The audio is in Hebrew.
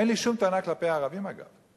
אין לי שום טענה כלפי הערבים, אגב.